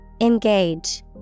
Engage